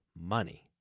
money